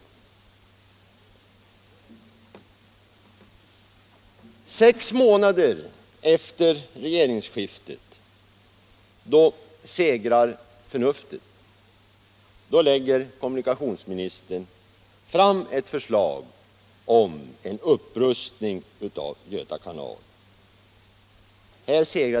Men sex månader efter regeringsskiftet segrar förnuftet — då lägger kommunikationsministern fram ett förslag om en upprustning av Göta kanal.